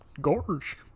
Gorge